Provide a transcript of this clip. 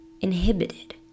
inhibited